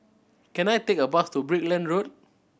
can I take a bus to Brickland Road